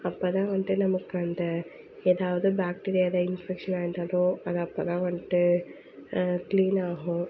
அப்போ தான் வந்துட்டு நமக்கு அந்த எதாவது பேக்டீரியா எதா இன்ஃபெக்ஷன் ஆகியிருந்தாலோ அது அப்போ தான் வந்துட்டு க்ளீனாகும்